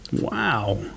Wow